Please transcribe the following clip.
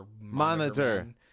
Monitor